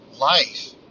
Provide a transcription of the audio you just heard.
life